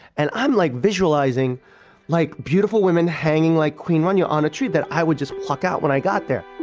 and i'm like visualizing like beautiful women hanging like queen rania on a tree that i would just pluck out when i got there